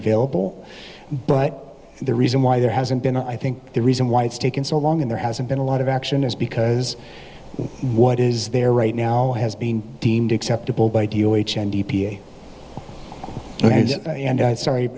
available but the reason why there hasn't been i think the reason why it's taken so long and there hasn't been a lot of action is because what is there right now has been deemed acceptable by